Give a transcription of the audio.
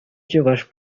чӑваш